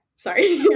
Sorry